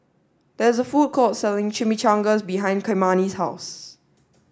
there is a food court selling Chimichangas behind Kymani's house